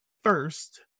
first